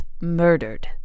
murdered